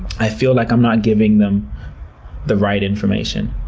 i feel like i'm not giving them the right information.